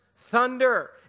thunder